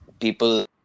people